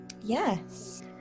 Yes